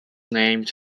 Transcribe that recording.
named